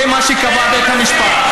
זה מה שקבע בית המשפט.